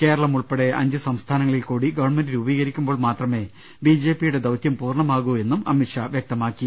കേരളം ഉൾപ്പെടെ അഞ്ച് സംസ്ഥാനങ്ങളിൽകൂടി ഗവൺമെന്റ് രൂപീകരിക്കുമ്പോൾ മാത്രമേ ബി ജെ പിയുടെ ദൌതൃം പൂർണ്ണമാകൂ എന്നും അമിത് ഷാ വൃക്തമാക്കി